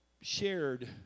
shared